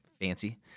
fancy